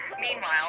Meanwhile